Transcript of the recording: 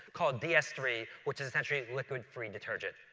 called d s three, which is essentially liquid-free detergent.